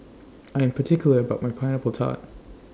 I Am particular about My Pineapple Tart